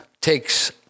takes